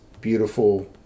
beautiful